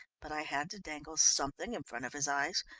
but i had to dangle something in front of his eyes,